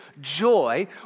joy